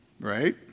Right